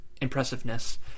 impressiveness